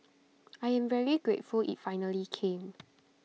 I am very grateful IT finally came